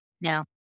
No